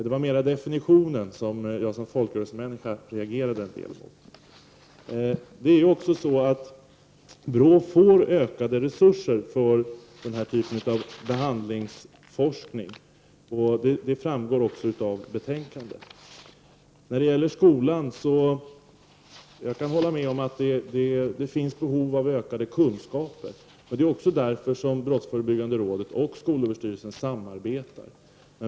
Det var alltså mera definitionen som jag som folkrörel semänniska något reagerade mot. BRÅ får ökade resurser för den här typen av behandlingsforskning. Detta framgår också av betänkandet. När det gäller skolan kan jag hålla med om att det finns ett behov av ökade kunskaper. Det är därför som brottsförebyggande rådet och skolöverstyrelsen samarbetar.